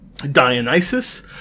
Dionysus